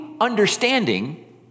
understanding